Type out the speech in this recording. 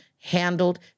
handled